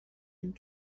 and